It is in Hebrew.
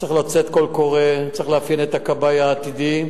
צריך לצאת קול קורא, צריך לאפיין את הכבאי העתידי,